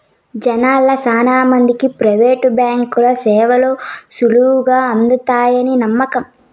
జనాల్ల శానా మందికి ప్రైవేటు బాంకీల సేవలు సులువుగా అందతాయని నమ్మకం